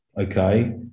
okay